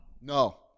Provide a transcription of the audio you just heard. No